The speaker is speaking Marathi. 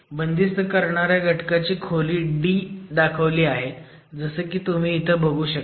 बंदिस्त करणाऱ्या घटकाची खोली d दाखवली गेली आहे जसं की तुम्ही इथं बघू शकता